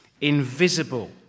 invisible